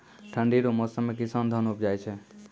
ठंढी रो मौसम मे किसान धान उपजाय छै